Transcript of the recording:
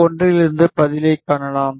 1 இலிருந்து பதிலைக் காணலாம்